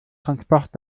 transport